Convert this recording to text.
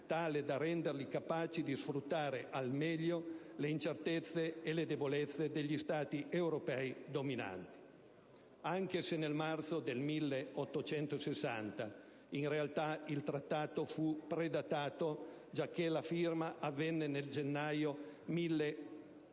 tale da renderli capaci di sfruttare al meglio le incertezze e le debolezze degli Stati europei dominanti. Anche se nel marzo del 1860 - in realtà il Trattato fu postdatato giacché la firma avvenne nel gennaio 1859